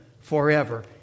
forever